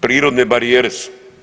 Prirodne barijere su.